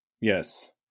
Yes